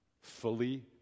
fully